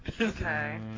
Okay